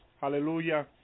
hallelujah